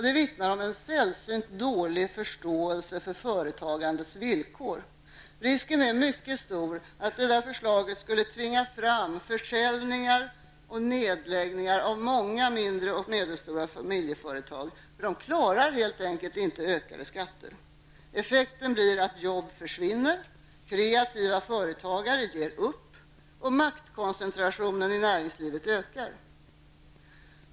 Det vittnar om en sällsynt dålig förståelse för företagandets villkor. Risken är mycket stor att det skulle tvinga fram försäljning och nedläggning av många mindre och medelstora familjeföretag, eftersom de helt enkelt inte klarar ökade skatter. Effekten blir att jobb försvinner, kreativa företagare ger upp, och maktkoncentrationen i näringslivet ökar.